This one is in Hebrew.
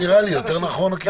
זה נראה לי יותר נכון הכיוון הזה.